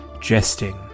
jesting